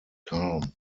calm